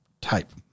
type